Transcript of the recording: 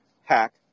hack